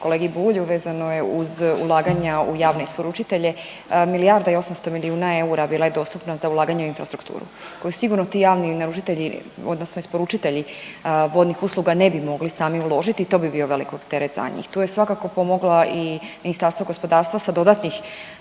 kolegi Bulju vezano je uz ulaganja u javne isporučitelje. Milijarda i 800 milijuna eura bila je dostupna za ulaganje u infrastrukturu koju sigurno ti javni naručitelji odnosno isporučitelji vodnih usluga ne bi mogli sami uložiti i to bi bio velik teret za njih. Tu je svakako pomogla i Ministarstvo gospodarstva sa dodatnih